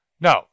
No